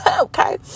Okay